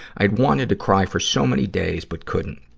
i wanted to cry for so many days, but couldn't.